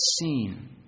seen